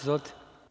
Izvolite.